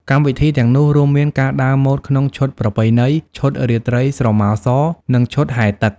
កម្មវិធីទាំងនោះរួមមានការដើរម៉ូដក្នុងឈុតប្រពៃណី ឈុតរាត្រីស្រមោសរ និងឈុតហែលទឹក។